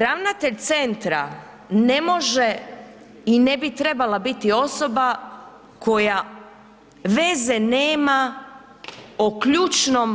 Ravnatelj centra ne može i ne bi trebala biti osoba koja veze nema o ključnom